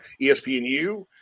ESPNU